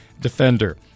defender